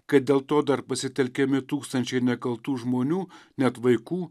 kad dėl to dar pasitelkiami tūkstančiai nekaltų žmonių net vaikų